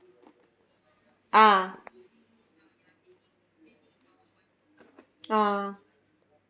ah ah